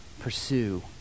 Pursue